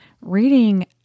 reading